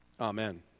Amen